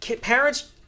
parents